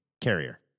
carrier